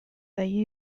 they